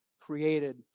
created